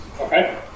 Okay